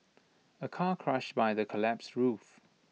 A car crushed by the collapsed roof